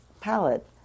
palette